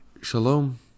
shalom